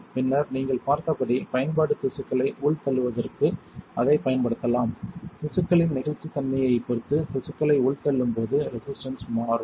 பின்னர் நீங்கள் பார்த்தபடி பயன்பாடு திசுக்களை உள்தள்ளுவதற்கு அதைப் பயன்படுத்தலாம் திசுக்களின் நெகிழ்ச்சித்தன்மையைப் பொறுத்து திசுக்களை உள்தள்ளும் போது ரெசிஸ்டன்ஸ் மாறும்